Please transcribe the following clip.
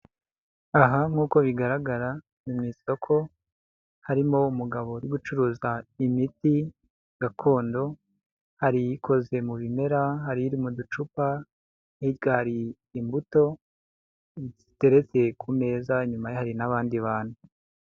Aha nk'uko bigaragara ni mu isoko harimo umugabo uri gucuruza imiti gakondo, hari ikoze mu bimera, hari iri mu ducupa, hirya hari imbuto ziteretse ku meza, inyuma hari n'abandi bantu.